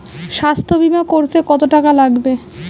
স্বাস্থ্যবীমা করতে কত টাকা লাগে?